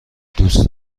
دوست